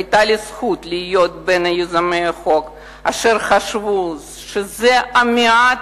היתה לי הזכות להיות בין יוזמי החוק אשר חשבו שזה המעט,